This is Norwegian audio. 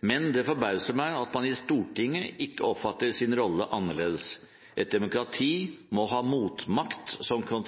Men det forbauser meg at man på Stortinget ikke oppfatter sin rolle annerledes. Et demokrati må ha motmakt som kan